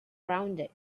rounded